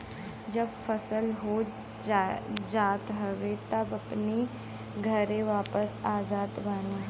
जब फसल हो जात हवे तब अपनी घरे वापस आ जात बाने